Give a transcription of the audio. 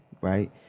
right